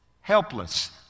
helpless